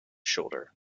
shoulder